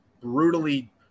brutally